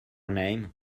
name